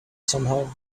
somehow